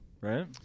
right